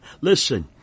listen